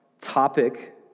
topic